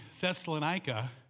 Thessalonica